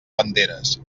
banderes